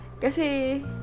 kasi